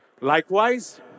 Likewise